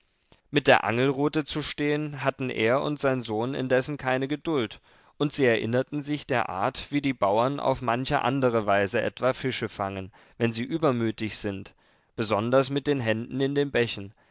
mit der angelrute zu stehen hatten er und sein sohn indessen keine geduld und sie erinnerten sich der art wie die bauern auf manche andere weise etwa fische fangen wenn sie übermütig sind besonders mit den händen in den bächen